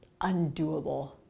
undoable